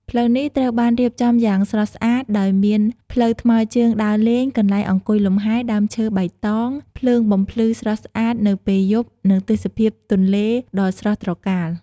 ផ្លូវនេះត្រូវបានរៀបចំយ៉ាងស្រស់ស្អាត ដោយមានផ្លូវថ្មើរជើងដើរលេង កន្លែងអង្គុយលំហែ ដើមឈើបៃតង ភ្លើងបំភ្លឺស្រស់ស្អាតនៅពេលយប់ និងទេសភាពទន្លេដ៏ស្រស់ត្រកាល។